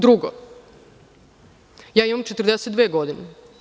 Drugo, ja imam 42 godine.